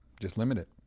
just limit it.